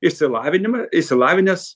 išsilavinimą išsilavinęs